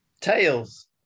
Tails